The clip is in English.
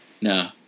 No